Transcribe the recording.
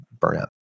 burnout